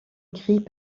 gris